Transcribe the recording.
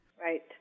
Right